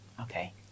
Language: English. Okay